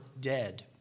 dead